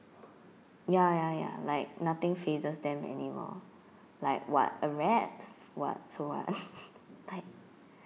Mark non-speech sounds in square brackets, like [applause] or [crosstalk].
ya ya ya like nothing fazes them anymore like what a rat what so what [laughs] like